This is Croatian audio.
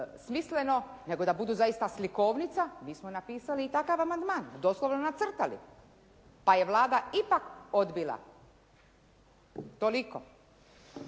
smisleno nego da budu zaista slikovnica, mi smo napisali i takav amandman, doslovno nacrtali pa je Vlada ipak odbila. Toliko.